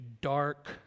dark